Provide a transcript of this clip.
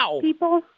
people